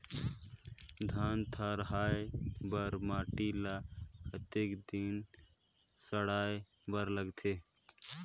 धान थरहा लगाय बर माटी ल कतेक दिन सड़ाय बर लगथे?